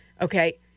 Okay